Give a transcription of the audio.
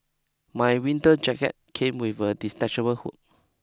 my winter jacket came with a detachable hood